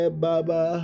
baba